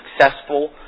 successful